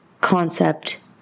concept